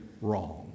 wrong